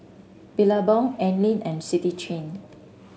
Billabong Anlene and City Chain